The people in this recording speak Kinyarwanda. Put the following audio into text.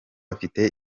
afite